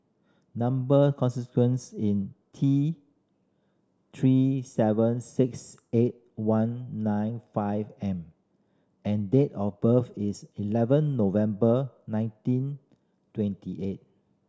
number consequence in T Three seven six eight one nine five M and date of birth is eleven November nineteen twenty eight